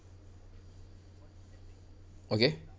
okay